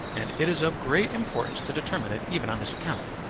and it is of great importance to determine it even on this account,